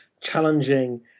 challenging